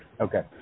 okay